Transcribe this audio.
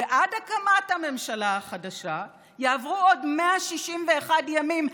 ועד הקמת הממשלה החדשה יעברו עוד 161 ימים,